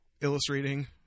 illustrating